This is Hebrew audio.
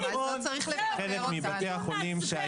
אמרנו בישיבה הקודמת שחלק מבתי החולים,